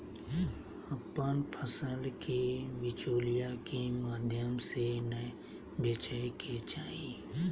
अपन फसल के बिचौलिया के माध्यम से नै बेचय के चाही